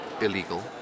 illegal